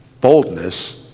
boldness